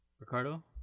Ricardo